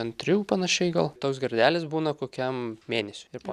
ant trijų panašiai gal toks gardelis būna kokiam mėnesiui ir po